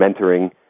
mentoring